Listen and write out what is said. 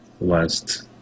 last